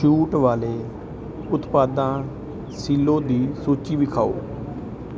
ਛੂਟ ਵਾਲੇ ਉਤਪਾਦਾਂ ਸਿਲੋ ਦੀ ਸੂਚੀ ਵਿਖਾਉ